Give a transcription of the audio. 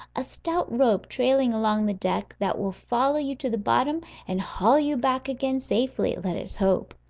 a stout rope trailing along the deck, that will follow you to the bottom, and haul you back again safely, let us hope.